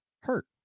hurt